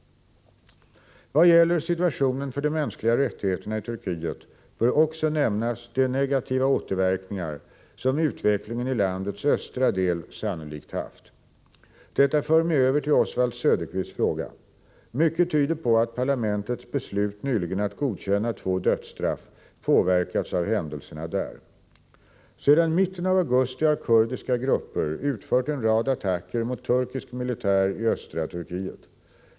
Vad gäller situationen för de mänskliga rättigheterna i Turkiet bör också nämnas de negativa återverkningar som utvecklingen i landets östra del sannolikt haft. Detta för mig över till Oswald Söderqvists fråga. Mycket tyder på att parlamentets beslut nyligen att godkänna två dödsstraff påverkats av händelserna där. Sedan mitten av augusti har kurdiska grupper utfört en rad attacker mot turkisk militär i östra Turkiet.